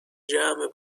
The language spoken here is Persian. جمع